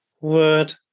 word